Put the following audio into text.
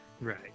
Right